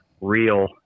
real